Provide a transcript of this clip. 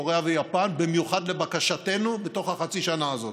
קוריאה ויפן במיוחד לבקשתנו בחצי השנה הזאת.